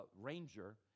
ranger